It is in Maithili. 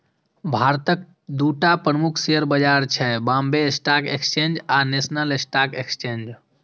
भारतक दूटा प्रमुख शेयर बाजार छै, बांबे स्टॉक एक्सचेंज आ नेशनल स्टॉक एक्सचेंज